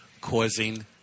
causing